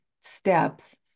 steps